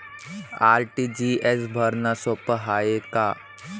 RTGS भरनं सोप हाय का?